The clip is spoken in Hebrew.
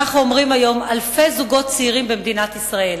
כך אומרים היום אלפי זוגות צעירים במדינת ישראל.